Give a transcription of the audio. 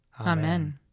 Amen